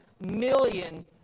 million